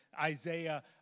Isaiah